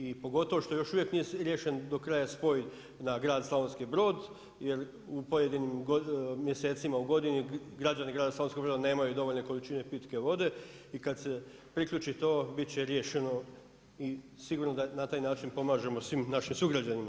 I pogotovo što još uvijek nije riješen do kraja spoj na grad Slavonski Brod jer u pojedinim mjesecima u godini građani grada Slavonskog Broda nemaju dovoljne količine pitke vode i kada se priključi to biti će riješeno i sigurno da na taj način pomažemo svim našim sugrađanima.